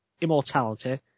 Immortality